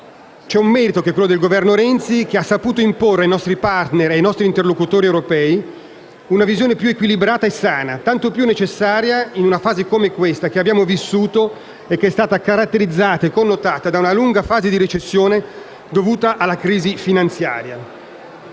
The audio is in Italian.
C'è un merito che va riconosciuto al Governo Renzi: ha saputo imporre ai nostri *partner* e interlocutori europei una visione più equilibrata e sana, tanto più necessaria in una fase come quella che abbiamo vissuto che è stata caratterizzata e connotata da una lunga fase di recessione dovuta alla crisi finanziaria.